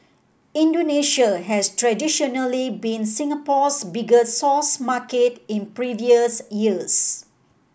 Indonesia has traditionally been Singapore's biggest source market in previous years